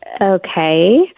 Okay